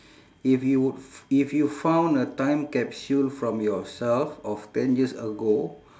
if you would f~ if you found a time capsule from yourself of ten years ago